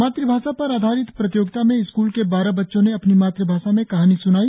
मातुभाषा पर आधारित प्रतियोगिता में स्कूल के बारह बच्चों ने अपनी मातृभाषा में कहानी स्नाई